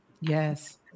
yes